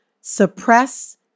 suppress